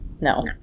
No